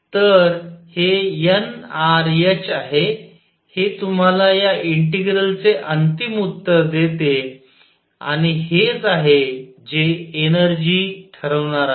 तर हे nrh आहे हे तुम्हाला या इंटिग्रल चे अंतिम उत्तर देते आणि हेच आहे जे एनर्जी ठरवणार आहे